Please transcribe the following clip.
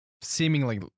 seemingly